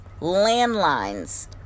landlines